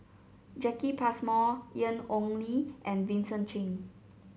Jacki Passmore Ian Ong Li and Vincent Cheng